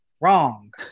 wrong